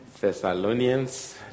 Thessalonians